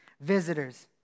visitors